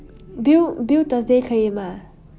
bill bill thursday 可以吗